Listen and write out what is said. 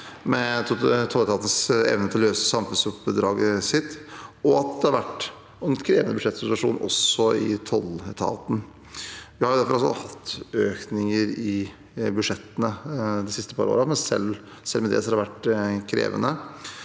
med tolletatens evne til å løse samfunnsoppdraget sitt og at det har vært en krevende budsjettsituasjon også i tolletaten. Vi har derfor hatt økninger i budsjettene de siste par årene, men selv med det har det vært krevende.